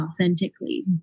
authentically